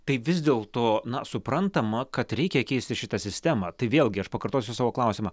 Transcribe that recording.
tai vis dėl to na suprantama kad reikia keisti šitą sistemą tai vėlgi aš pakartosiu savo klausimą